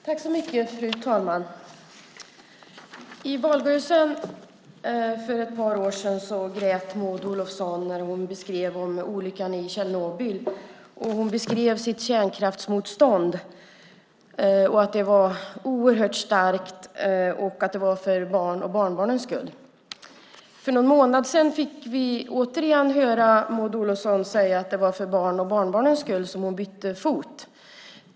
Fru talman! I valrörelsen för ett par år sedan grät Maud Olofsson när hon beskrev olyckan i Tjernobyl. Hon beskrev sitt kärnkraftsmotstånd, att det var oerhört starkt och att det var för barnens och barnbarnens skull som det var det. För någon månad sedan fick vi återigen höra Maud Olofsson säga att det var för barnens och barnbarnens skull som hon bytte fot i frågan.